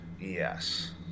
Yes